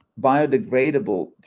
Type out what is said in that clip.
biodegradable